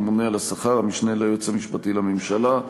הממונה על השכר והמשנה ליועץ המשפטי לממשלה.